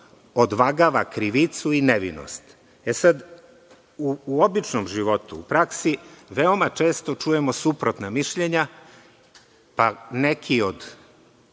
odvagava krivicu i nevinost. U običnom životu, u praksi, veoma često čujemo suprotna mišljenja, pa neki od